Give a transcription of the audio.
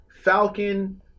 Falcon